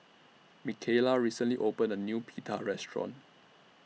Mikaela recently opened A New Pita Restaurant